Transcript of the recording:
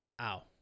Ow